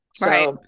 Right